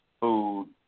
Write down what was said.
food